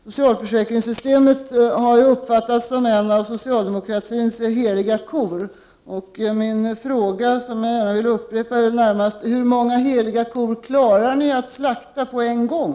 Socialförsäkringssystemet har uppfattats som en av socialdemokratins heliga kor. Min fråga, som jag gärna vill upprepa, är: Hur många heliga kor klarar ni att slakta på en gång?